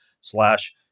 slash